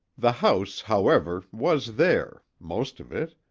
the house, however, was there, most of it.